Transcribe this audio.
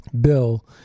bill